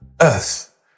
earth